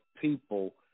people